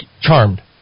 Charmed